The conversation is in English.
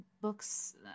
books